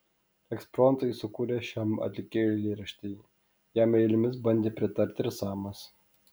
ekspromtu jis sukūrė šiam atlikėjui eilėraštį jam eilėmis bandė pritarti ir samas